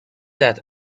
that